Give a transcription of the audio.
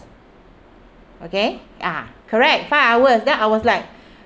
okay ah correct five hours then I was like